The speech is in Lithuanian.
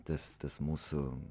tas tas mūsų